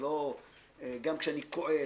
גם כשאני כועס,